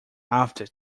after